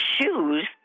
shoes